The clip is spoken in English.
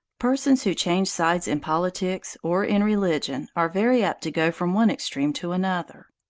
persons who change sides in politics or in religion are very apt to go from one extreme to another.